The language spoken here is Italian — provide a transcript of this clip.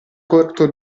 corto